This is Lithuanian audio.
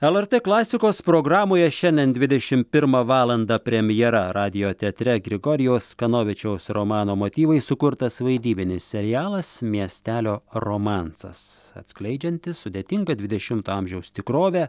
lrt klasikos programoje šiandien dvidešim pirmą valandą premjera radijo teatre grigorijaus kanovičiaus romano motyvais sukurtas vaidybinis serialas miestelio romansas atskleidžiantis sudėtingą dvidešimto amžiaus tikrovę